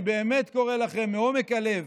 אני באמת קורא לכם מעומק הלב